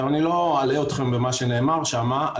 אני לא אלאה אתכם במה שנאמר שם,